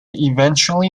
eventually